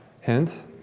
hint